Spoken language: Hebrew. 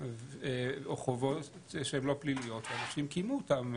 או חובות שהן לא פליליות שהם קיימו אותם,